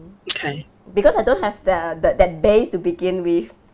because I don't have the that that base to begin with